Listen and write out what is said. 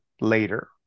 later